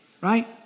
right